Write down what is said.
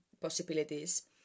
possibilities